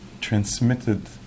transmitted